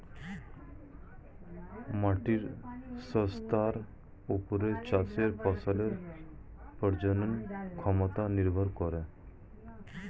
মাটির স্বাস্থ্যের ওপর চাষের ফসলের প্রজনন ক্ষমতা নির্ভর করে